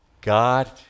God